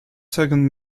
second